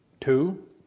Two